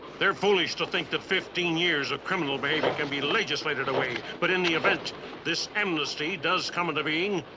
they're foolish to think that fifteen years of criminal behavior but can be legislated away. but in the event this amnesty does come into being,